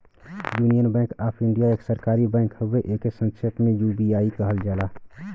union bank of India एक सरकारी bank हउवे एके संक्षेप में यू.बी.आई कहल जाला